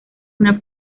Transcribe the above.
una